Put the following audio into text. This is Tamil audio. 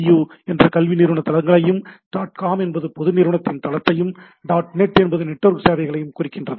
யு" என்பது கல்வி நிறுவன தளங்களையும் "டாட் காம்" என்பது பொதுநிறுவனத்தின் தளத்தையும் "டாட் நெட்" என்பது நெட்வொர்க் சேவைகளையும் குறிக்கின்றன